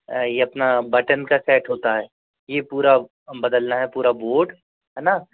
ये अपना बटन का सेट होता है ये पूरा बदलना है पूरा बोर्ड है ना